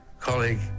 colleague